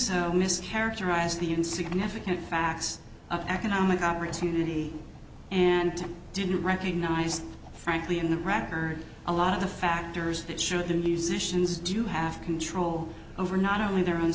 so mischaracterize the insignificant facts of economic opportunity and didn't recognize frankly in the record a lot of the factors that should the musicians do have control over not only their own